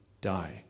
die